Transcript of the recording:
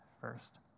first